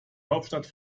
hauptstadt